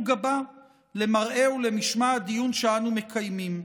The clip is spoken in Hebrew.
גבה למראה ולמשמע הדיון שאנו מקיימים: